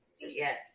Yes